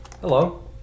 Hello